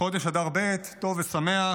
חודש אדר ב' טוב ושמח.